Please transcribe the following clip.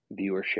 viewership